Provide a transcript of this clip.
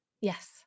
Yes